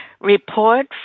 report